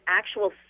actual